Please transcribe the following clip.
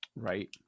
right